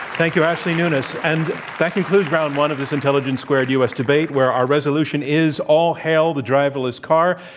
thank you, ashley nunes. and that concludes round one of this intelligence squared u. s. debate, where our resolution is all hail the driverless car.